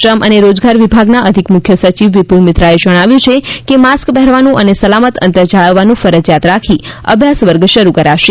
શ્રમ અને રોજગાર વિભાગના અધિક મુખ્ય સચિવ વિપુલ મિત્રાએ જણાવ્યુ છે કે માસ્ક પહેરવાનું અને સલામત અંતર જાળવવાનું ફરજિયાત રાખી અભ્યાસ વર્ગ શરૂ કરાશે